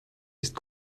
ist